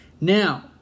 now